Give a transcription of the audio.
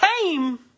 came